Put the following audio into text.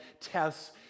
tests